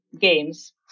games